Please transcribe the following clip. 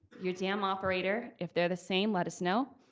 your dam operator, if they're the same, let us know,